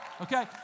Okay